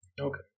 Okay